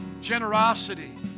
Generosity